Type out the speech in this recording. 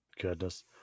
Goodness